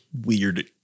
weird –